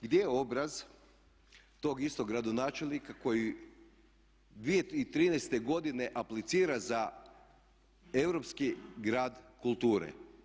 Gdje je obraz tog istog gradonačelnika koji 2013. godine aplicira za europski grad kulture.